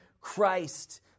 Christ